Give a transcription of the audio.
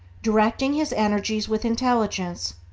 directing his energies with intelligence,